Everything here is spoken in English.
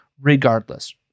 regardless